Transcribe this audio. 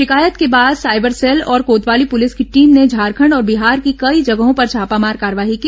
शिकायत के बाद साइबर सेल और कोतवाली पुलिस की टीम ने झारखंड और बिहार की कई जगहों पर छापामार कार्रवाई की